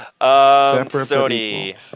Sony